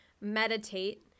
Meditate